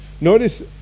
notice